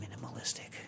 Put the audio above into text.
Minimalistic